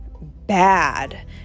bad